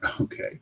Okay